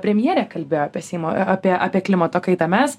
premjerė kalbėjo apie seimo apie apie klimato kaitą mes